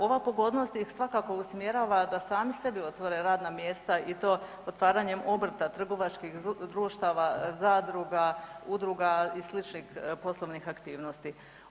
Ova pogodnost ih svakako usmjerava da sami sebi otvore radna mjesta i to otvaranjem obrta, trgovačkih društava, zadruga, udruga i sličnih poslovnih aktivnosti.